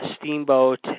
Steamboat